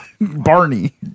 Barney